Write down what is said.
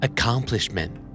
Accomplishment